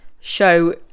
show